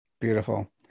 Beautiful